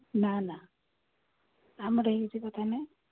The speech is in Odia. ନା ନା ଆମର କିଛି କଥା ନାହିଁ